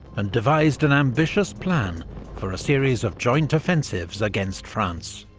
and devised an ambitious plan for a series of joint offensives against france.